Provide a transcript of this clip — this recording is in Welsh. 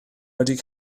wedi